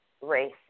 race